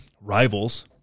rivals